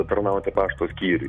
aptarnauti pašto skyriuj